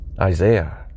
Isaiah